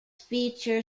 feature